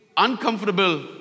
Uncomfortable